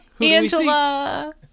Angela